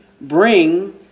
bring